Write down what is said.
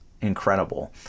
incredible